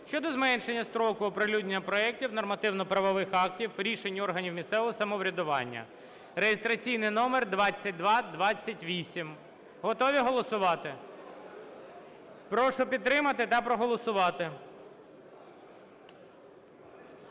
щодо зменшення строку оприлюднення проектів нормативно-правових актів, рішень органів місцевого самоврядування (реєстраційний номер 2228). Готові голосувати? Прошу підтримати та проголосувати.